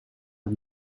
het